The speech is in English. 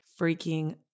freaking